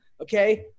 okay